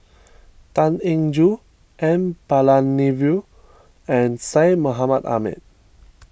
Tan Eng Joo N Palanivelu and Syed Mohamed Ahmed